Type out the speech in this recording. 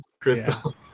crystal